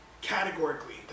categorically